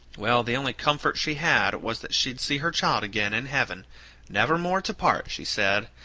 well, the only comfort she had was that she'd see her child again, in heaven never more to part she said,